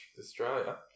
Australia